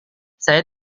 saya